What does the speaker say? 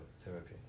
therapy